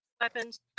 weapons